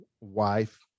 wife